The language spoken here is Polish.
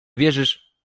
wierzysz